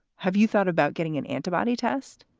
have you thought about getting an antibody test?